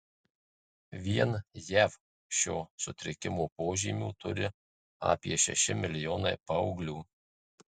vien jav šio sutrikimo požymių turi apie šeši milijonai paauglių